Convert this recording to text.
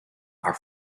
are